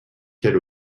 quel